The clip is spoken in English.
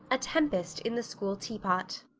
a tempest in the school teapot